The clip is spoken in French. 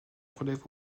relève